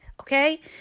Okay